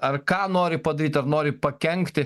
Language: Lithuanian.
ar ką nori padaryt ar nori pakenkti